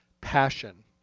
passion